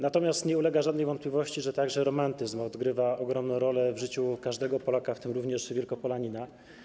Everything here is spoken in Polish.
Natomiast nie ulega żadnej wątpliwości, że także romantyzm odgrywa ogromną rolę w życiu każdego Polaka, w tym również Wielkopolanina.